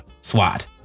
SWAT